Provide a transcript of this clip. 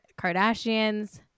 Kardashians